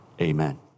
Amen